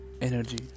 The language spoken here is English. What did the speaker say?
energy